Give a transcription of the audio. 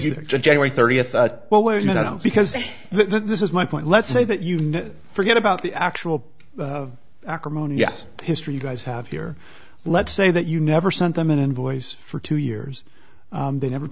if january thirtieth well wait a minute because this is my point let's say that you forget about the actual acrimonious history you guys have here let's say that you never sent them an invoice for two years they never